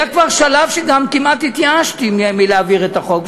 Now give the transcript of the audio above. היה כבר שלב שכמעט התייאשתי מלהעביר את החוק.